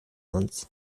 uns